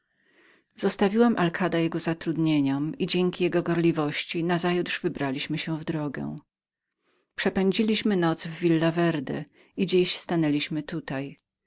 zostawiłam alkada jego zatrudnieniom i dzięki jego gorliwości nazajutrz wybraliśmy się w drogę przepędziliśmy noc w villa verde i dziś stanęliśmy tutaj